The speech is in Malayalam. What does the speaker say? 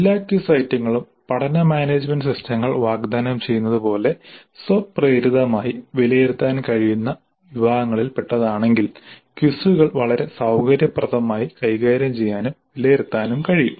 എല്ലാ ക്വിസ് ഐറ്റങ്ങളും പഠന മാനേജുമെന്റ് സിസ്റ്റങ്ങൾ വാഗ്ദാനം ചെയ്യുന്നതുപോലെ സ്വപ്രേരിതമായി വിലയിരുത്താൻ കഴിയുന്ന വിഭാഗങ്ങളിൽപ്പെട്ടതാണെങ്കിൽ ക്വിസുകൾ വളരെ സൌകര്യപ്രദമായി കൈകാര്യം ചെയ്യാനും വിലയിരുത്താനും കഴിയും